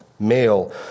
male